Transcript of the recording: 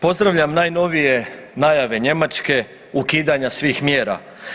Pozdravljam najnovije najave Njemačke ukidanja svih mjera.